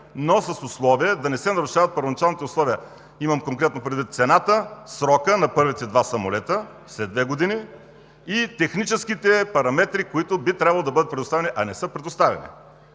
но с условие да не се нарушават първоначалните условия – имам предвид конкретно цената, срока на първите два самолета след две години и техническите параметри, които би трябвало да бъдат предоставени, а не са предоставени.